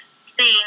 sing